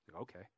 Okay